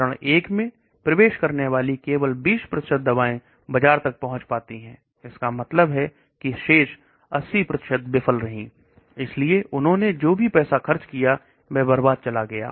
प्रथम चरण में प्रवेश करने वाली केबल 20 प्रतिशत दवाएं बाजार में पहुंच पाती हैं का मतलब है कि शेष 80 सफल रहती हैं इसलिए उन्होंने जो भी पैसा खर्च किया है वह बर्बाद चला जाता है